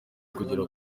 kugera